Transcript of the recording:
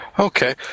Okay